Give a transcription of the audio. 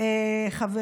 איך יכול להיות קיפוח?